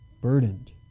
burdened